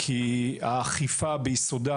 כי האכיפה ביסודה,